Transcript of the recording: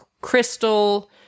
Crystal